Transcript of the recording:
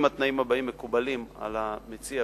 אם התנאים הבאים מקובלים על המציע,